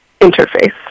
interface